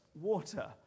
Water